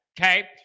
Okay